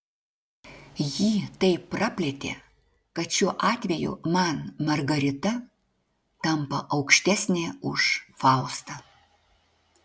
jį taip praplėtė kad šiuo atveju man margarita tampa aukštesnė už faustą